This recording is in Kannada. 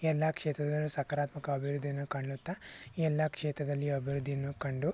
ಎಲ್ಲ ಕ್ಷೇತ್ರಗಳಲ್ಲಿ ಸಕಾರಾತ್ಮಕ ಅಭಿವೃದ್ಧಿಯನ್ನು ಕಾಣುತ್ತಾ ಎಲ್ಲ ಕ್ಷೇತ್ರದಲ್ಲಿ ಅಭಿವೃದ್ಧಿಯನ್ನು ಕಂಡು